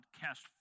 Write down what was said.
cast